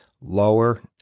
lower